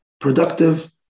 productive